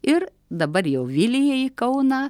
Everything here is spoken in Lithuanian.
ir dabar jau vilijai į kauną